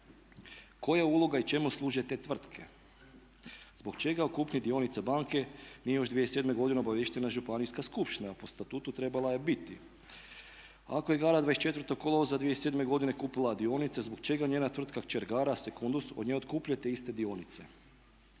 Koja je uloga i čemu služe te tvrtke? Zbog čega o kupnji dionica banke nije još 2007. godine obaviještena županijska skupština a po statutu trebala je biti? Ako je Gara 24. kolovoza 2007. godine kupila dionice zbog čega njena tvrtka kćer Gara secundus od nje otkupljuje te iste dionice?